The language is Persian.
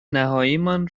نهاییمان